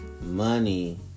money